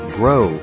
grow